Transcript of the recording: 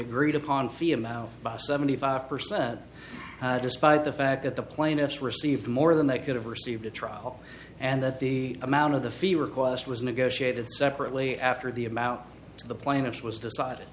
agreed upon fee amount by seventy five percent despite the fact that the plaintiffs received more than they could have received a trial and that the amount of the fee request was negotiated separately after the amount of the plaintiff was decided